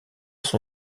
son